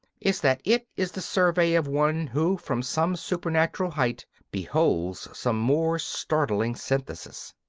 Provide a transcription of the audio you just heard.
is that it is the survey of one who from some supernatural height beholds some more startling synthesis.